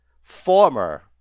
former